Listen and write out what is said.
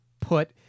put